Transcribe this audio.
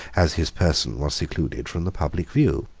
as his person was secluded from the public view